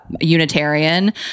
Unitarian